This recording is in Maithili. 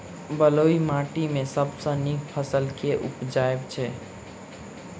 बलुई माटि मे सबसँ नीक फसल केँ उबजई छै?